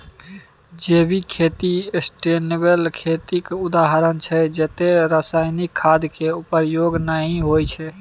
जैविक खेती सस्टेनेबल खेतीक उदाहरण छै जतय रासायनिक खाद केर प्रयोग नहि होइ छै